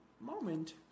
Moment